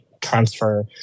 transfer